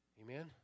Amen